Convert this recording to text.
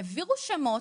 העבירו שמות.